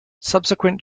subsequent